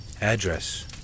Address